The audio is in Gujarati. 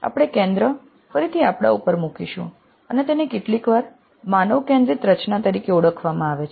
આપણે કેન્દ્ર ફરીથી આપણા પર મૂકીશું અને તેને કેટલીકવાર માનવ કેન્દ્રિત રચના તરીકે ઓળખવામાં આવે છે